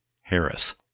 Harris